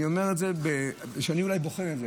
אני אולי בוחן את זה.